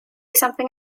something